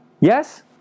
Yes